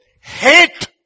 hate